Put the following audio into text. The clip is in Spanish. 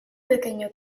pequeño